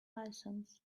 license